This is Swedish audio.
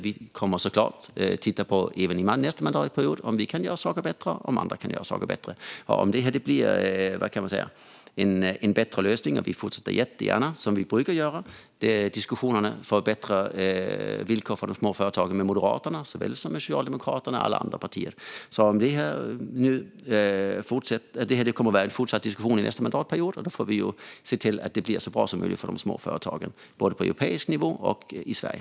Vi kommer såklart att även under nästa mandatperiod titta på om vi eller andra kan göra saker bättre. Vi fortsätter gärna diskussionerna för att förbättra villkoren för de små företagen med Moderaterna såväl som med Socialdemokraterna och alla andra partier. Diskussionen kommer att fortsätta nästa mandatperiod, och vi ska se till att det blir så bra som möjligt för de små företagen på europeisk nivå och i Sverige.